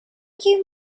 give